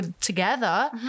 together